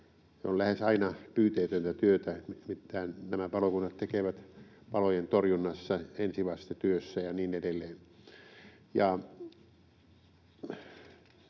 on lähes aina pyyteetöntä työtä, nimittäin nämä palokunnat tekevät palojen torjunnassa ensivastetyötä ja niin edelleen.